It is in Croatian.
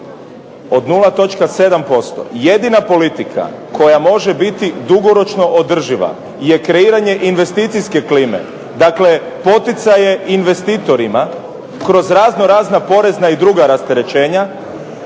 od 0,7%. Jedina politika koja može biti dugoročno održiva je kreiranje investicijske klime. Dakle, poticaje investitorima kroz razno razna porezna i druga rasterećenja.